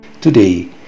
Today